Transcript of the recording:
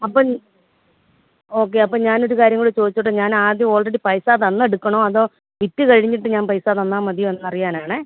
അപ്പം ഓക്കെ അപ്പം ഞാനൊരു കാര്യംകൂടി ചോദിച്ചോട്ടെ ഞാൻ ആദ്യം ഓൾറെഡി പൈസ തന്നെടുക്കണോ അതോ വിറ്റു കഴിഞ്ഞിട്ട് ഞാൻ പൈസ തന്നാൾ മതിയോ എന്നൊന്ന് അറിയാനാണേ